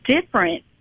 different